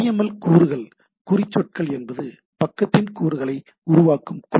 L கூறுகள் குறிச்சொற்கள் என்பது பக்கத்தின் கூறுகளை உருவாக்கும் கூறுகள்